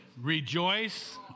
Rejoice